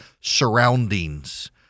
surroundings